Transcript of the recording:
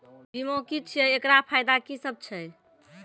बीमा की छियै? एकरऽ फायदा की सब छै?